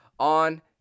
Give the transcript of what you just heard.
On